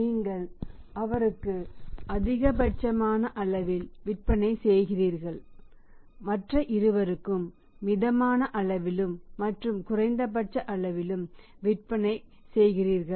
நீங்கள் அவருக்கு அதிகபட்சமாக விற்பனை செய்கிறார்கள் மற்ற இருவருக்கும் மிதமாக அளவிலும் மற்றும் குறைந்தபட்சம் ஆகவும் விற்பனை செய்கிறார்கள்